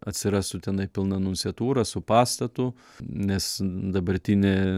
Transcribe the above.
atsirastų tenai pilna nunciatūra su pastatu nes dabartinė